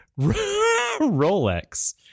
Rolex